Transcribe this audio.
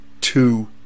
Two